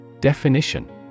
Definition